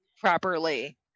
Properly